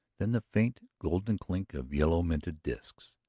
then the faint, golden chink of yellow-minted disks.